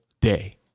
day